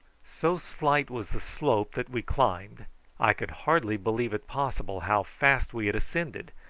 so slight was the slope that we climbed i could hardly believe it possible how fast we had ascended,